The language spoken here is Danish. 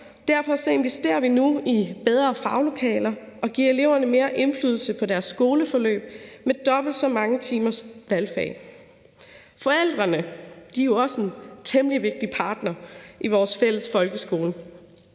Derfor investerer vi nu i bedre faglokaler og giver eleverne mere indflydelse på deres skoleforløb med dobbelt så mange timers valgfag. Forældrene er jo også en temmelig vigtig partner i vores fælles folkeskole.